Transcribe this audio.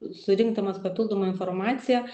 surinkdamas papildomą informaciją